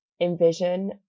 envision